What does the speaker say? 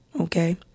okay